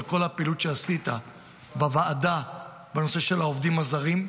הפעילות שעשית בוועדה בנושא העובדים הזרים.